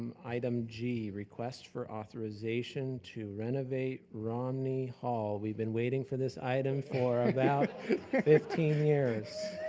um item g, request for authorization to renovate romney hall. we've been waiting for this item for about fifteen years.